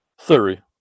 theory